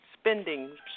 spending